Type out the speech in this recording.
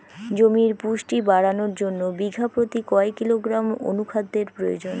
জমির পুষ্টি বাড়ানোর জন্য বিঘা প্রতি কয় কিলোগ্রাম অণু খাদ্যের প্রয়োজন?